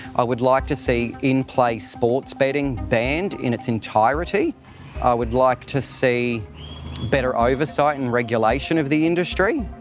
i would like to see in play sports betting banned in its entirety. i would like to see better oversight and regulation of the industry.